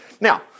Now